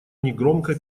негромко